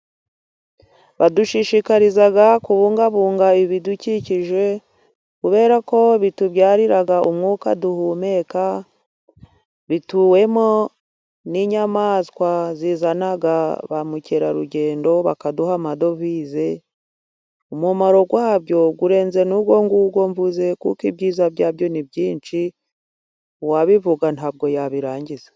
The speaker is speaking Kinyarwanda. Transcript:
Badushishikariza kubungabunga ibidukikije kubera ko bitubyarira umwuka duhumeka. Bituwemo n'inyamaswa zizana ba mukerarugend bakaduha amadovize. Umumaro wabyo urenze n'uwo nguwo mvuze, kuko ibyiza byabyo ni byinshi uwabivuga ntabwo yabirangiza.